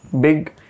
big